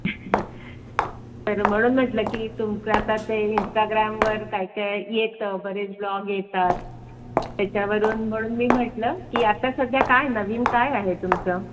तर म्हणून म्हटलं की तुमचं आता ते इंस्टाग्रामवर काय काय येतं बरेच व्लॉग येतात त्याच्यावरून म्हणून मी म्हटलं की आता सध्या काय नवीन काय आहे तुमचं